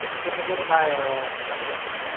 ನಂಜನ್ಗೂಡು ಬಾಳೇ ಬಾಳೆ ಹಣ್ಣು ರೀ